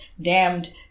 damned